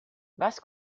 was